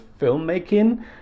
filmmaking